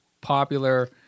popular